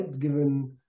given